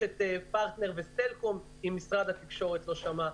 יש את פרטנר וסלקום, אם משרד התקשורת לא שמע.